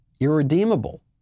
irredeemable